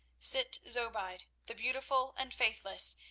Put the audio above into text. sitt zobeide, the beautiful and faithless,